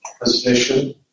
position